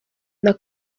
and